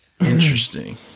Interesting